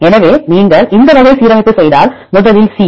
எனவே நீங்கள் இந்த வகை சீரமைப்பு செய்தால் முதலில் C